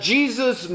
Jesus